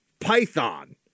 python